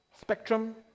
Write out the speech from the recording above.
spectrum